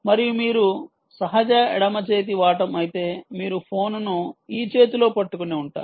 మరియు మీరు సహజ ఎడమ చేతివాటం అయితే మీరు ఫోన్ను ఈ చేతిలో పట్టుకొని ఉంటారు